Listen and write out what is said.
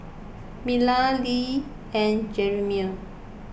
Marla Lea and Jeremie